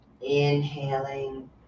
Inhaling